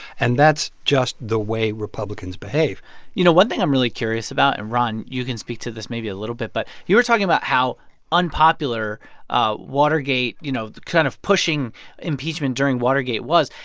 and that's just the way republicans behave you know, one thing i'm really curious about and ron, you can speak to this maybe a little bit but you were talking about how unpopular ah watergate you know, kind of pushing impeachment during watergate was.